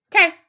okay